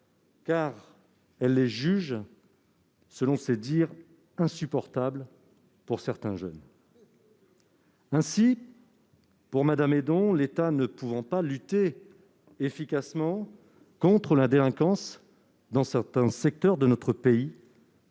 car elle juge ceux-ci « insupportables pour certains jeunes ». Ainsi, pour Mme Hédon, l'État ne pouvant pas lutter efficacement contre la délinquance dans certains secteurs de notre pays,